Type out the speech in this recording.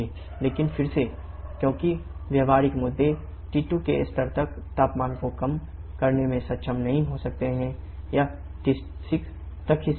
लेकिन फिर से क्योंकि व्यावहारिक मुद्दे T2 के स्तर तक तापमान को कम करने में सक्षम नहीं हो सकते हैं यह T6 तक ही सीमित है